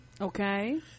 okay